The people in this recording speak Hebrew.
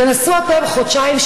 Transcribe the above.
תנסו אתם חודשיים,